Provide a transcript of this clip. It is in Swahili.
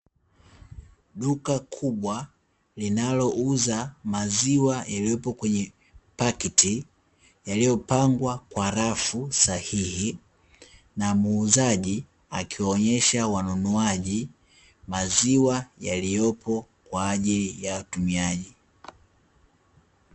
Duka kubwa, linalouza maziwa yaliyopo kwenye pakti, yaliyopangwa kwa rafu sahihi na muuzaji akiwaonyesha wanunuaji maziwa yaliyopo kwa ajili ya watumiaji.